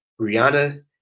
Rihanna